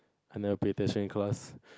I never pay attention in class